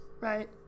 right